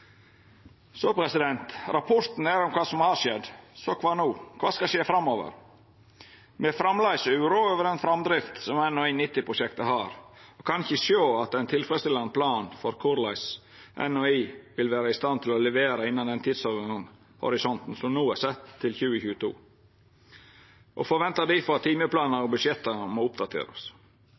Rapporten er om kva som har skjedd, så kva no? Kva skal skje framover? Me er framleis uroa over den framdrifta som NH90-prosjektet har, og kan ikkje sjå at det er ein tilfredsstillande plan for korleis NHI vil vera i stand til å levera innan den tidshorisonten som no er sett, til 2022, og forventar difor at timeplanar og budsjett må oppdaterast.